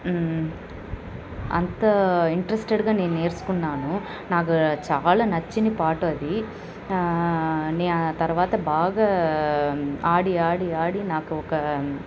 అంత ఇంట్రెస్టేడ్గా నేను నేర్చుకున్నాను నాకు చాలా నచ్చింది పాట అది నీ ఆ తర్వాత బాగా ఆడి ఆడి ఆడి నాకు ఒక